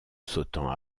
sautant